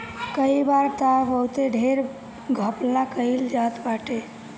कई बार तअ बहुते ढेर घपला कईल जात बाटे